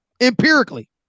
Empirically